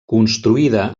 construïda